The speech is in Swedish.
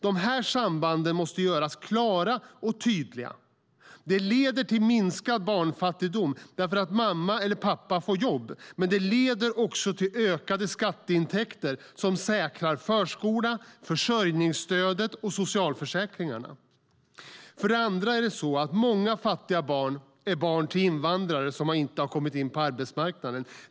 De här sambanden måste göras klara och tydliga. Det leder till minskad barnfattigdom därför att mamma eller pappa får jobb, men det leder också till ökade skatteintäkter som säkrar förskolan, försörjningsstödet och socialförsäkringarna. För det andra är det så att många fattiga barn är barn till invandrare som inte har kommit in på arbetsmarknaden.